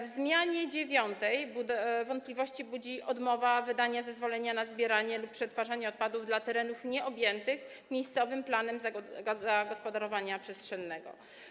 W zmianie 9. wątpliwości budzi odmowa wydania zezwolenia na zbieranie lub przetwarzanie odpadów dla terenów nieobjętych miejscowym planem zagospodarowania przestrzennego.